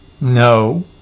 No